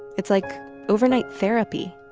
it's like overnight therapy.